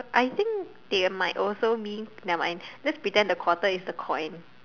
I think they might also me never mind just pretend the quarter is the coin